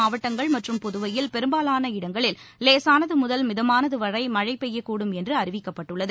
மாவட்டங்கள் மற்றும் புதுவையில் பெரும்பாலான இடங்களில் எனைய மிதமானதுவரைமழைபெய்யும் என்றுஅறிவிக்கப்பட்டுள்ளது